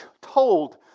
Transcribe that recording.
told